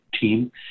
team